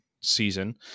season